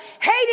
hate